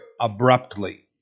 abruptly